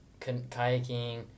kayaking